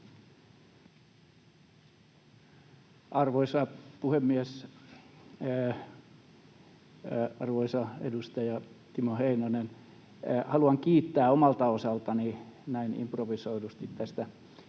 Arvoisa puhemies! Arvoisa edustaja Timo Heinonen, haluan kiittää omalta osaltani näin improvisoidusti tästä